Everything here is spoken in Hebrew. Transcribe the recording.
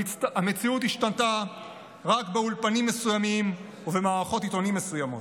המציאות השתנתה רק באולפנים מסוימים ובמערכות עיתונים מסוימות.